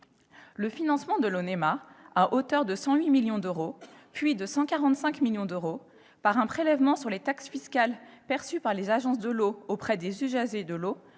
aquatiques, l'ONEMA, à hauteur de 108 millions d'euros, puis de 145 millions d'euros, par un prélèvement sur les taxes fiscales perçues par les agences de l'eau auprès des usagers de l'eau,